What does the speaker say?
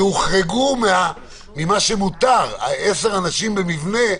שהוחרגו ממה שמותר 10 אנשים במבנה,